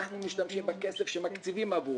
אנחנו משתמשים בכסף שמקציבים עבורכם,